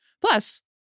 Plus